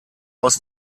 aus